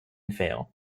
fail